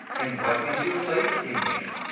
and what is your place in it.